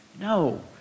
no